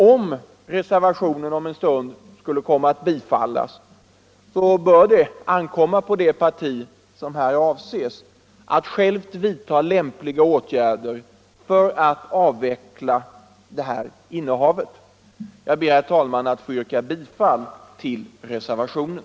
Om reservationen om en stund bifalles, bör det ankomma på det parti som här avses att självt vidta lämpliga åtgärder för att avveckla innehavet. Herr talman! Jag ber att få yrka bifall till reservationen.